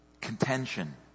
contention